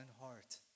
heart